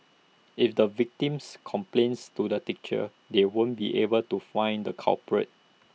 if the victims complains to the teachers they won't be able to find the culprits